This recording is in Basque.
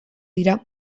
dira